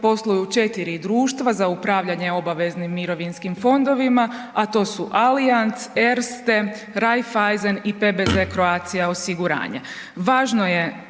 posluju 4 društva za upravljanje obaveznim mirovinskim fondovima, a to su Allianz, Erste, Raiffeisen i PBZ Croatia osiguranje.